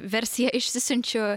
versiją išsisiunčiu